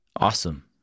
Awesome